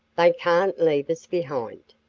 they can't leave us behind.